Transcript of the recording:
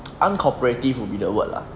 uncooperative will be the word lah